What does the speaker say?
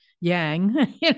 yang